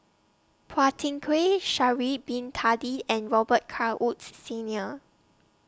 Phua Thin Kiay Sha'Ari Bin Tadin and Robet Carr Woods Senior